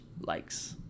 likes